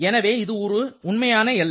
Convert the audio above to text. எனவே இது ஒரு உண்மையான எல்லை